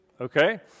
okay